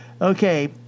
Okay